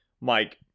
Mike